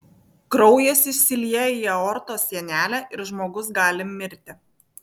kraujas išsilieja į aortos sienelę ir žmogus gali mirti